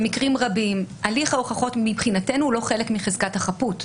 במקרים רבים הליך ההוכחות מבחינתנו הוא לא חלק מחזקת החפות.